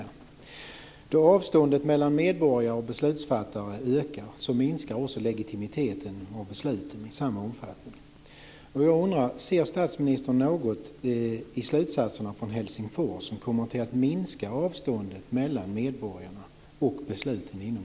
När avståndet mellan medborgare och beslutsfattare ökar minskar i samma grad beslutens legitimitet. Jag undrar om statsministern ser någonting i slutsatserna från Helsingforsmötet som kommer att minska avståndet mellan medborgarna och besluten inom